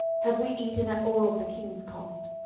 have we eaten at all of the king's cost?